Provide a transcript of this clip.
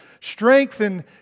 strengthen